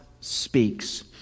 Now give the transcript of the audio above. speaks